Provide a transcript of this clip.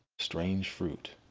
strange fruit,